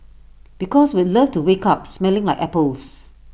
because we'd love to wake up smelling like apples